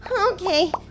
Okay